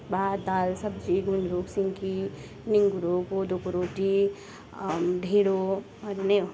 भात दाल सब्जी गुन्द्रुक सिन्की निँगुरो कोदोको रोटी ढेँडोहरू नै हो